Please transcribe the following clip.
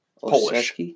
Polish